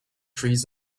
trees